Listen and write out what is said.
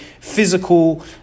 physical